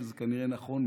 וזה כנראה נכון,